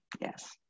Yes